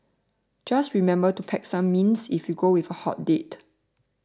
just remember to pack some mints if you go with a hot date